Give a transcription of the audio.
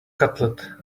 cutlet